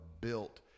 built